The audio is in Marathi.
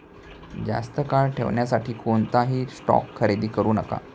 जास्त काळ ठेवण्यासाठी कोणताही स्टॉक खरेदी करू नका